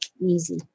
easy